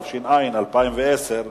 התש"ע 2010,